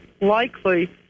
likely